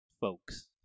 folks